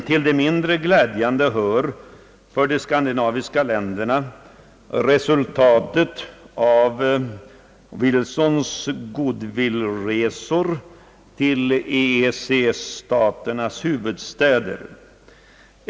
Till det mindre glädjande för de skandinaviska länderna hör resultatet av Wilsons goodwillresor till EEC-staternas huvudstäder.